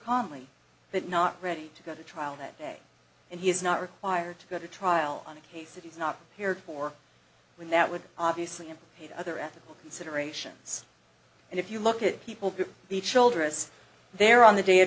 calmly but not ready to go to trial that day and he is not required to go to trial on a case that he's not here for when that would obviously unpaid other ethical considerations and if you look at people get the childress there on the day of